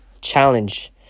Challenge